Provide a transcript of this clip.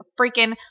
freaking